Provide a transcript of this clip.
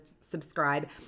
subscribe